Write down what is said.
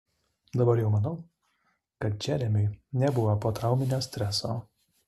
dabar jau manau kad džeremiui nebuvo potrauminio streso